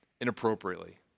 inappropriately